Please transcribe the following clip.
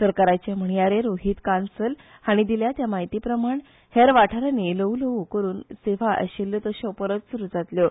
सरकाराचे म्हणयारे रोहित कांसल हाणी दिल्या त्या म्हायती प्रमाण हेर वाठारांनी ल्हव ल्हव करुन सेवा आशिऴ्ठयो तश्यो परत सुरु जातल्यो